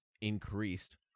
increased